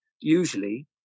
usually